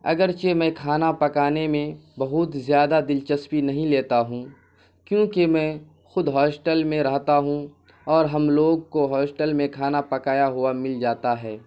اگرچہ میں کھانا پکانے میں بہت زیادہ دلچسپی نہیں لیتا ہوں کیونکہ میں خود ہاسٹل میں رہتا ہوں اور ہم لوگ کو ہاسٹل میں کھانا پکایا ہوا مل جاتا ہے